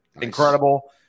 Incredible